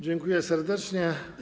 Dziękuję serdecznie.